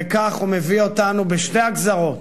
וכך הוא מביא אותנו בשתי הגזרות,